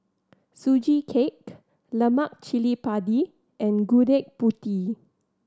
Sugee Cake lemak cili padi and Gudeg Putih